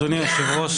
אדוני היושב-ראש,